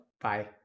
Bye